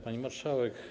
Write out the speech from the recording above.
Pani Marszałek!